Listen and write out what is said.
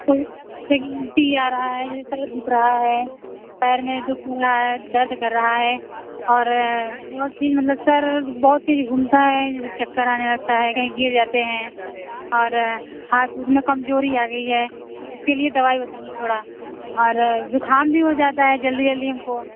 से ही उल्टी आ रहा है सर दु ख रहा है पैर में दु ख हो रहा दर्द कर रहा है और और चीज़ मतलब सर बहुत तेज़ घूमता है चक्कर आने लगता है कहीं गिर जाते हैं और हाथ में कमज़ोरी आ गई है इसके लिए दवाई बताइए थोड़ा और ज़ुकाम भी हो जाता है जल्दी जल्दी हमको